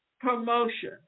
promotion